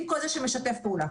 עם כל זה שמשתף פעולה.